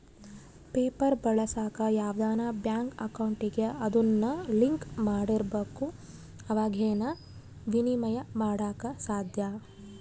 PayPal ಬಳಸಾಕ ಯಾವ್ದನ bank ಅಕೌಂಟಿಗೆ ಅದುನ್ನ ಲಿಂಕ್ ಮಾಡಿರ್ಬಕು ಅವಾಗೆ ಃನ ವಿನಿಮಯ ಮಾಡಾಕ ಸಾದ್ಯ